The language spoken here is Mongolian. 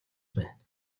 байна